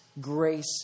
grace